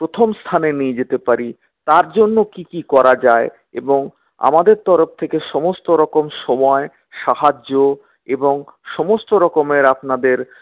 প্রথম স্থানে নিয়ে যেতে পারি তার জন্য কি কি করা যায় এবং আমাদের তরফ থেকে সমস্ত রকম সময় সাহায্য এবং সমস্ত রকমের আপনাদের